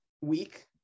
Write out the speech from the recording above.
week